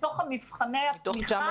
לתוך מבחני התמיכה